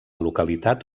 localitat